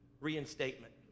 reinstatement